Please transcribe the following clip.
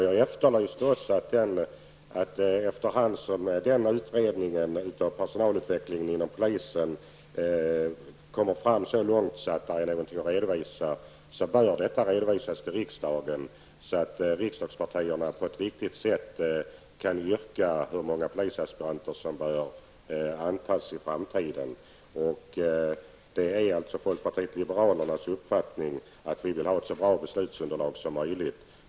Jag efterlyste också att man efter hand som den utredning som pågår om personalutveckling inom polisen når så långt att man har någonting att redovisa, bör detta redovisas till riksdagen så att riksdagspartierna på ett riktigt sätt kan avgöra hur många polisaspiranter som bör antas i framtiden. Det är folkpartiet liberalernas uppfattning att vi skall ha ett så bra beslutsunderlag som möjligt.